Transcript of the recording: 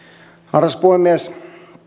arvoisa puhemies